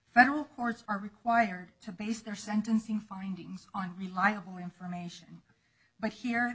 federal courts are required to base their sentencing findings on reliable information but here